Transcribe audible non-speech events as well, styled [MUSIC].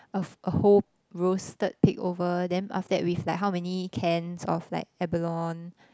a [NOISE] a whole roasted pig over then after that with like how many cans of like abalone